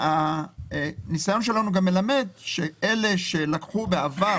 הניסיון שלנו גם מלמד שאלה שלקחו בעבר